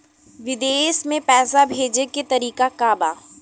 विदेश में पैसा भेजे के तरीका का बा?